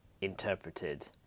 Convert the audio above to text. interpreted